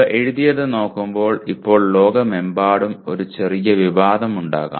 ഇവ എഴുതിയത് നോക്കുമ്പോൾ ഇപ്പോൾ ലോകമെമ്പാടും ഒരു ചെറിയ വിവാദമുണ്ടാകാം